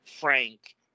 Frank